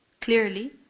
clearly